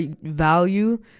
value